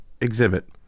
exhibit